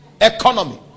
economy